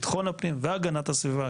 אח"כ ביטחון הפנים והגנת הסביבה,